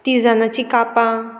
तिजानाची कापां